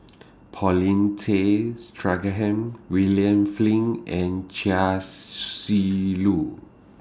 Paulin Tay Straughan William Flint and Chia Shi Lu